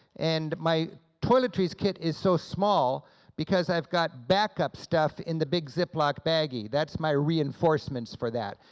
and my toiletries kit is so small because i've got back up stuff in the big ziploc baggie. that's my reinforcements for that,